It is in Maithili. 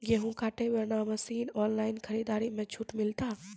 गेहूँ काटे बना मसीन ऑनलाइन खरीदारी मे छूट मिलता?